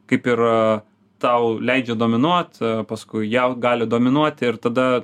kaip ir tau leidžia dominuot paskui jie gali dominuoti ir tada